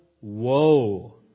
woe